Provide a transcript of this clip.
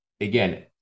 again